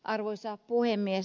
arvoisa puhemies